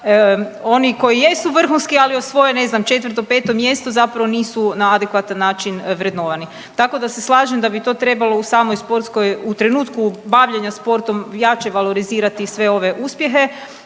oni koji jesu vrhunski, ali osvoje ne znam 4., 5. mjesto zapravo nisu na adekvatan način vrednovani. Tako da se slažem da bi to trebalo u samoj sportskoj u trenutku bavljenja sportom rače valorizirati sve ove uspjehe,